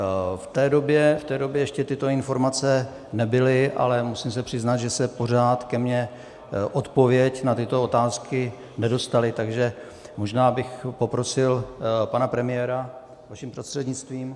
V té době ještě tyto informace nebyly, ale musím se přiznat, že se pořád ke mně odpovědi na tyto otázky nedostaly, takže možná bych poprosil pana premiéra vaším prostřednictvím...